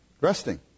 resting